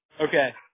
Okay